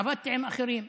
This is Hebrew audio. עבדתי עם אחרים,